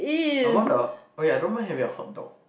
I want a okay I don't mind having a hot dog